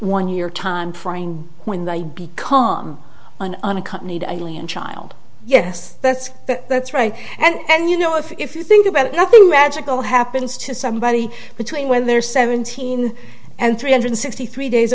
one year timeframe when they become an unaccompanied alien child yes that's that's right and you know if you think about it nothing magical happens to somebody between when they're seventeen and three hundred sixty three days